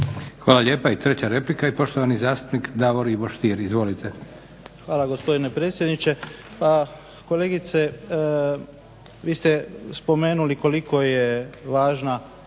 Hvala lijepa. I treća replika i poštovani zastupnik Davor Ivo Stier. Izvolite. **Stier, Davor Ivo (HDZ)** Hvala gospodine predsjedniče. Pa kolegice, vi ste spomenuli koliko je važna